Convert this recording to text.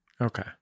okay